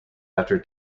after